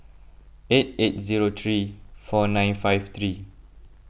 eight eight zero three four nine five three